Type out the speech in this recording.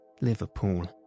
Liverpool